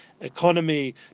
economy